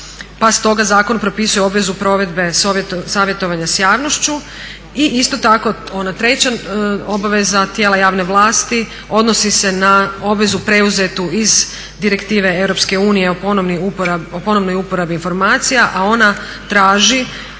pa stoga zakon propisuje obvezu provedbe savjetovanja s javnošću i isto tako ona treća obaveza tijela javne vlasti odnosi se na obvezu preuzetu iz direktive EU o ponovnoj uporabi informacija, a ona traži,